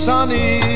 Sunny